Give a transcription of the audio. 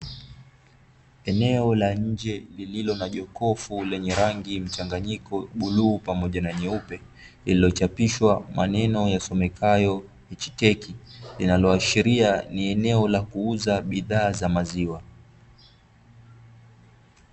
Eneo la nje lililo na jokofu lenye rangi mchanganyiko, bluu pamoja na nyeupe, lililochapishwa maneno yasomekayo "Hichtech", linaloashiria ni eneo la kuuza bidhaa za maziwa.